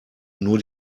nur